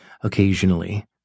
Occasionally